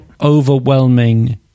overwhelming